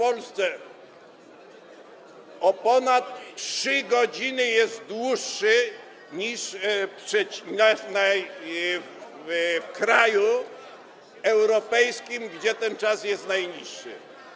o ponad 3 godziny jest dłuższy niż w kraju europejskim, gdzie ten czas jest najkrótszy.